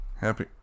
Happy